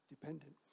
dependent